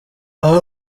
aho